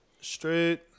Straight